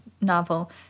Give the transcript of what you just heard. novel